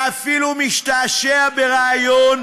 מיקי, ואפילו משתעשע ברעיון,